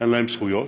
אין להם זכויות,